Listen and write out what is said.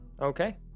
Okay